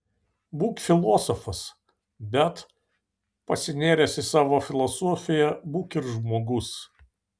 būk filosofas bet pasinėręs į savo filosofiją būk ir žmogus